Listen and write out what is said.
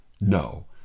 No